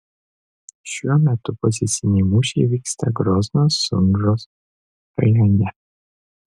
šiuo metu poziciniai mūšiai vyksta grozno sunžos rajone